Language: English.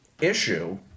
issue